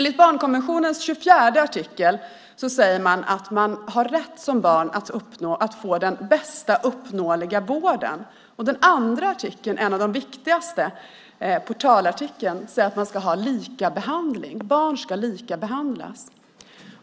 I barnkonventionens artikel 24 säger man att barn har rätt att få den bästa uppnåeliga vården. I artikel 2, en av de viktigaste, portalartikeln, säger man att barn ska ha likabehandling.